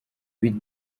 with